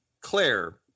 claire